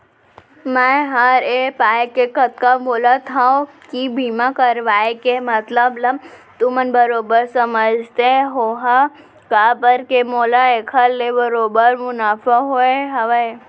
मैं हर ए पाय के अतका बोलत हँव कि बीमा करवाय के मतलब ल तुमन बरोबर समझते होहा काबर के मोला एखर ले बरोबर मुनाफा होय हवय